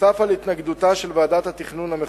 נוסף על התנגדותה של ועדת התכנון המחוזית.